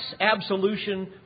absolution